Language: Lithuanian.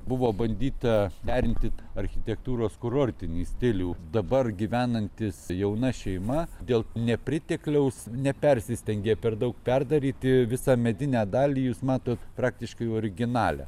buvo bandyta perimti architektūros kurortinį stilių dabar gyvenantis jauna šeima dėl nepritekliaus nepersistengė per daug perdaryti visą medinę dalį jūs matot praktiškai originalią